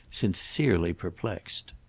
sincerely perplexed.